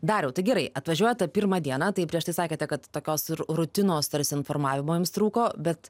dariau tai gerai atvažiuojat tą pirmą dieną tai prieš tai sakėte kad tokios rutinos tarsi informavimo jums trūko bet